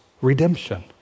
redemption